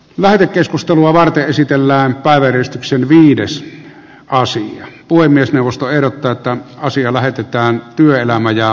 lähetekeskustelua varten esitellään päiväjärjestyksen viides kausi ja puhemiesneuvosto ehdottaa että asia lähetetään työelämä ja